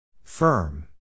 Firm